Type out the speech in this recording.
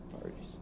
parties